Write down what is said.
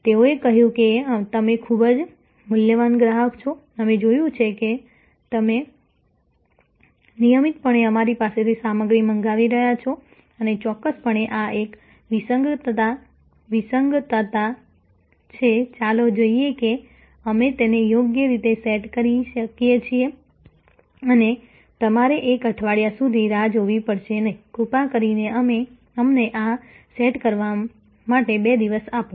તેઓએ કહ્યું કે તમે ખૂબ જ મૂલ્યવાન ગ્રાહક છો અમે જોયું કે તમે નિયમિતપણે અમારી પાસેથી સામગ્રી મંગાવી રહ્યા છો અને ચોક્કસપણે આ એક વિસંગતતા છે ચાલો જોઈએ કે અમે તેને યોગ્ય રીતે સેટ કરી શકીએ છીએ અને તમારે એક અઠવાડિયા સુધી રાહ જોવી પડશે નહીં કૃપા કરીને અમને આ સેટ કરવા માટે 2 દિવસ અપો